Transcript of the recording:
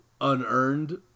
unearned